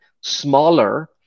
smaller